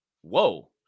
Whoa